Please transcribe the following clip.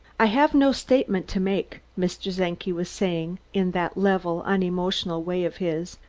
i have no statement to make, mr. czenki was saying, in that level, unemotional way of his,